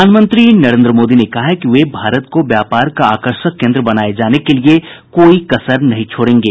प्रधानमंत्री नरेंद्र मोदी ने कहा है कि वे भारत को व्यापार का आकर्षक केन्द्र बनाए जाने के लिए कोई कसर नहीं छोड़ेंगे